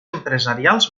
empresarials